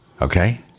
okay